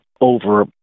over